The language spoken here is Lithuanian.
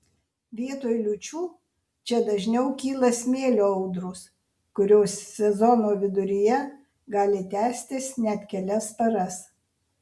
vietoj liūčių čia dažniau kyla smėlio audros kurios sezono viduryje gali tęstis net kelias paras